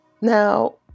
Now